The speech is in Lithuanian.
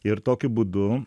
ir tokiu būdu